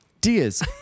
Diaz